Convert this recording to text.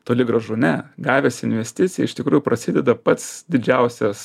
toli gražu ne gavęs investiciją iš tikrųjų prasideda pats didžiausias